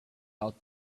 out